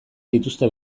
dituzte